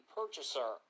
purchaser